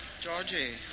Georgie